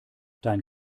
dein